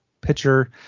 pitcher